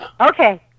Okay